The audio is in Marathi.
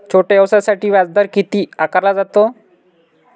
छोट्या व्यवसायासाठी व्याजदर किती आकारला जातो?